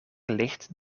ligt